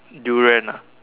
Durian ah